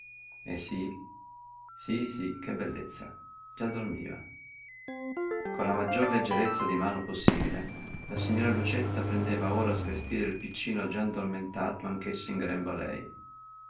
e sí sí sí che bellezza già dormiva con la maggior leggerezza di mano possibile la signora lucietta prendeva ora a svestire il piccino già addormentato anch'esso in grembo a lei